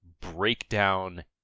breakdown